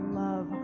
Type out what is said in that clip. love